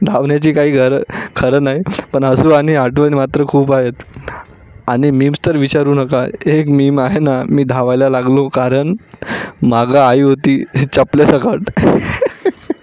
धावण्याची काही घरं खरं नाही पण हसू आणि आठवण मात्र खूप आहेत आणि मीमच तर विचारू नका एक मीम आहे ना मी धावायला लागलो कारण माग आई होती हे चपल्यासकट